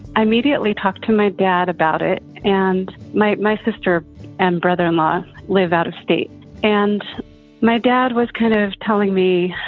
i immediately talked to my dad about it. and my my sister and brother in law live out of state and my dad was kind of telling me,